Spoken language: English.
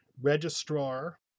registrar